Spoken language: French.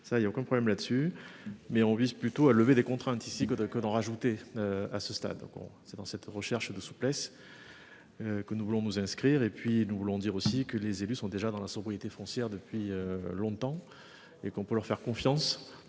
il y a aucun problème là-dessus mais on vise plutôt à lever des contraintes ici que de, que d'en rajouter. À ce stade qu'on. C'est dans cette recherche de souplesse. Que nous voulons nous inscrire et puis nous voulons dire aussi que les élus sont déjà dans la sobriété foncière depuis longtemps et qu'on peut leur faire confiance